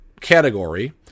category